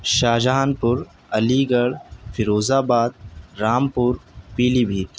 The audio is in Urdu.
شاہجہان پور علی گڑھ فیروز آباد رامپور پیلی بھیت